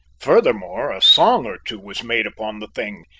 furthermore, a song or two was made upon the thing,